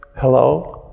Hello